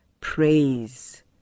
praise